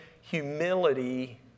humility